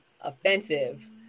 offensive